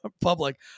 public